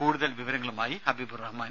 കൂടുതൽ വിവരങ്ങളുമായി ഹബീബ് റഹ്മാൻ